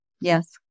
Yes